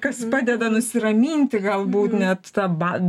kas padeda nusiraminti galbūt net ta ba